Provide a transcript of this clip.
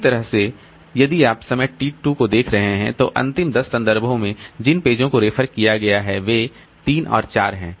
इसी तरह यदि आप समय t 2 को देख रहे हैं तो अंतिम 10 संदर्भों में जिन पेजों को रेफर किया गया है वे 3 और 4 हैं